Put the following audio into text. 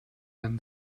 einen